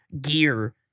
gear